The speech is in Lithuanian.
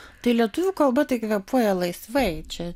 tai lietuvių kalba tai kvėpuoja laisvai čia